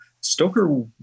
Stoker